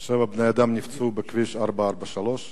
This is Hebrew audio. שבעה בני אדם נפצעו בכביש 443,